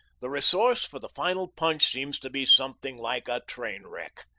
the resource for the final punch seems to be something like a train-wreck.